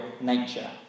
nature